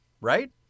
Right